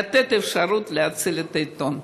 לתת אפשרות להציל את העיתון.